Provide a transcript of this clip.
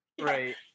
Right